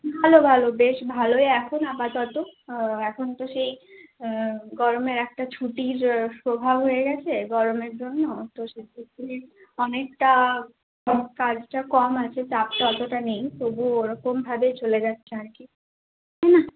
ভালো ভালো বেশ ভালো এখন আপাতত এখন তো সেই গরমের একটা ছুটির প্রভাব হয়ে গেছে গরমের জন্য তো অনেকটা ধর কাজটা কম আছে চাপটা অতটা নেই তবুও ওরকমভাবে চলে যাস না আর কি তাই না